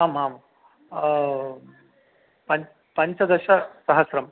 आम् आम् पञ्च पञ्चदशसहस्रं